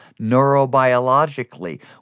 neurobiologically